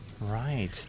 Right